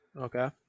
Okay